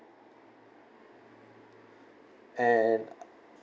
and